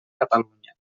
catalunya